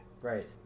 Right